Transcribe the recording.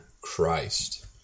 Christ